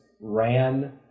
ran –